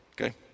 okay